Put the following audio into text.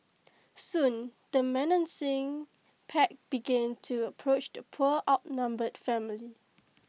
soon the menacing pack began to approach the poor outnumbered family